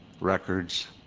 records